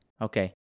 Okay